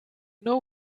know